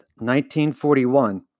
1941